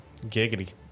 Giggity